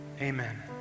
amen